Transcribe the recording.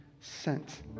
sent